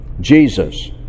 Jesus